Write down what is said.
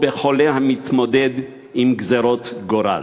או בחולה המתמודד עם גזירות גורל.